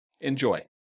Enjoy